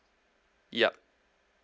yup